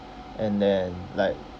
and then like